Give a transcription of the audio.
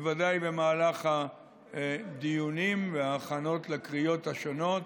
בוודאי במהלך הדיונים וההכנות לקריאות השונות,